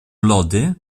lody